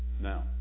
Now